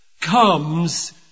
comes